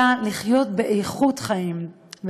אלא לחיות באיכות חיים.